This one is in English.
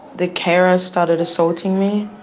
the carer started assaulting me,